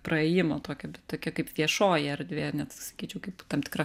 praėjimo tokio bet tokia kaip viešoji erdvė net sakyčiau kaip tam tikra